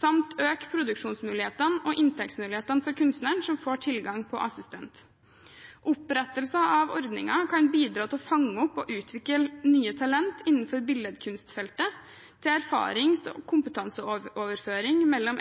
samt øke produksjonsmulighetene og inntektsmulighetene for kunstnere som får tilgang på assistent. Opprettelse av ordningen kan bidra til å fange opp og utvikle nye talent innenfor billedkunstfeltet til erfarings- og kompetanseoverføring mellom